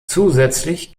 zusätzlich